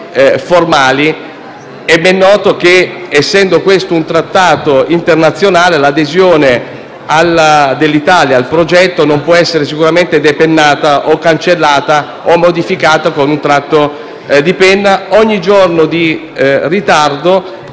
formali, è ben noto che, essendo questo un trattato internazionale, l'adesione dell'Italia al progetto non può essere sicuramente cancellata o modificata con un tratto di penna. Ogni giorno di ritardo